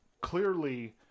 clearly